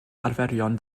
arferion